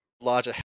Larger